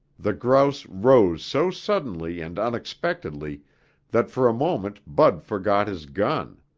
the grouse rose so suddenly and unexpectedly that for a moment bud forgot his gun.